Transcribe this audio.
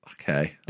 Okay